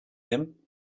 him